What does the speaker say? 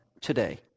today